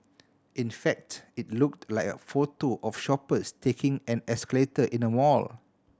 in fact it looked like a photo of shoppers taking an escalator in a mall